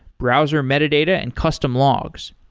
browser metadata and custom logs.